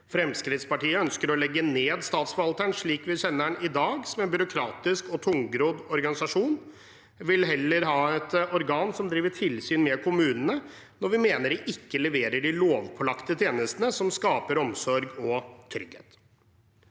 Fremskrittspartiet ønsker å legge ned statsforvalteren slik vi kjenner den i dag, som en byråkratisk og tungrodd organisasjon. Vi vil heller ha et organ som driver tilsyn med kommunene når vi mener de ikke leverer de lovpålagte tjenestene som skaper omsorg og trygghet.